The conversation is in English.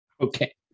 Okay